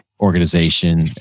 organization